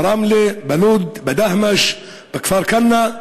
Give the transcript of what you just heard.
ברמלה, בלוד, בדהמש, בכפר-כנא,